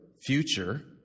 future